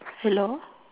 hello